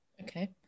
Okay